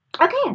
Okay